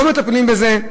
לא מטפלים בזה.